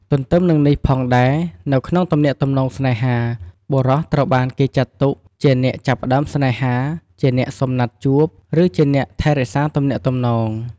ទន្ទឹមនិងនេះផងដែរនៅក្នុងទំនាក់ទំនងស្នេហា បុរសត្រូវបានគេចាត់ទុកជាអ្នក ចាប់ផ្ដើមស្នេហា ជាអ្នកសុំណាត់ជួប ឬជាអ្នកថែរក្សាទំនាក់ទំនង។